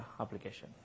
application